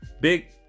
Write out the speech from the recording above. big